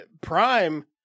Prime